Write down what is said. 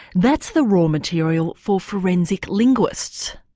that's the raw material for forensic linguists.